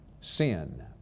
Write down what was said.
Sin